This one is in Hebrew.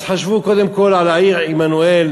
אז חשבו קודם כול על העיר עמנואל: